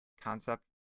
concept